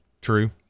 true